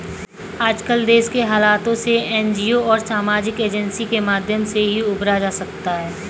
आजकल देश के हालातों से एनजीओ और सामाजिक एजेंसी के माध्यम से ही उबरा जा सकता है